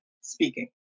speaking